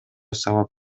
сабап